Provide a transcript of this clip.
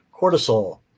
cortisol